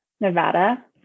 Nevada